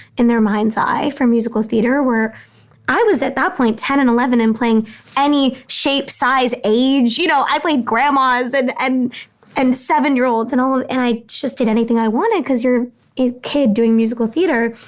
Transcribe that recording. in their mind's eye for musical theater where i was at that point, ten and eleven and playing any shape, size, age, you know. i played grandmas and and and seven year olds and all of it. and i just did anything i wanted because you're a kid doing musical theater.